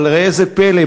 אבל ראה זה פלא,